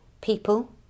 people